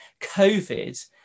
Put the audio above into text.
COVID